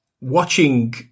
watching